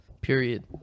period